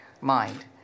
mind